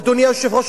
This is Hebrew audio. אדוני היושב-ראש,